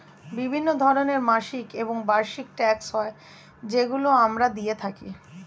বিভিন্ন ধরনের মাসিক এবং বার্ষিক ট্যাক্স হয় যেগুলো আমরা দিয়ে থাকি